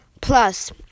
plus